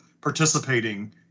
participating